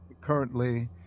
currently